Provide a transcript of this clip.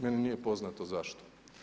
Meni nije poznato zašto.